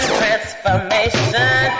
transformation